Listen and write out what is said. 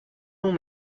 long